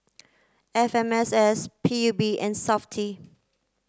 F M S S P U B and SAFTI